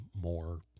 more